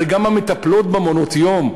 הרי גם המטפלות במעונות-יום,